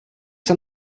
się